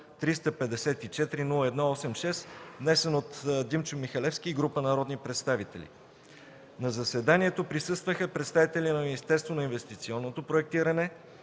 354-01-86, внесен от Димчо Михалевски и група народни представители. На заседанието присъстваха представители на Министерството на инвестиционното проектиране,